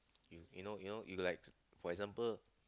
you you know you know you likes for example